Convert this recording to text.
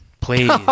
Please